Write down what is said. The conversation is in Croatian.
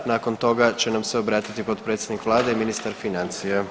Nakon toga će nam se obratiti potpredsjednik Vlade i ministar financija.